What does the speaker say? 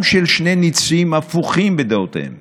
גם של שני ניצים הפוכים בדעותיהם,